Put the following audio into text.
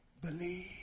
believe